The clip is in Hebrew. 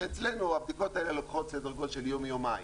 שאצלנו הבדיקות האלה לוקחות סדר גודל של יום-יומיים,